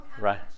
Right